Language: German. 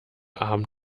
abend